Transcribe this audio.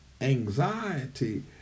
anxiety